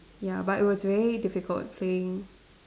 ya but it was very difficult playing